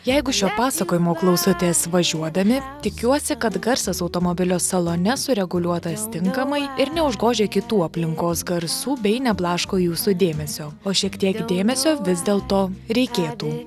jeigu šio pasakojimo klausotės važiuodami tikiuosi kad garsas automobilio salone sureguliuotas tinkamai ir neužgožia kitų aplinkos garsų bei neblaško jūsų dėmesio o šiek tiek dėmesio vis dėl to reikėtų